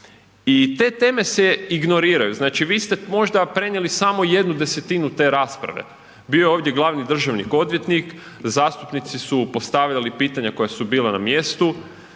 i te teme se ignoriraju, znači, vi ste možda prenijeli samo jednu desetinu te rasprave, bio je ovdje glavni državni odvjetnik, zastupnici su postavljali pitanja koja su bila na mjestu,